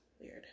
Weird